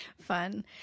Fun